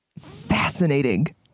Fascinating